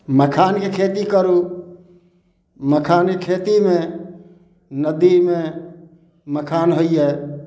मखानके खेती करू मखानके खेतीमे नदीमे मखान होइया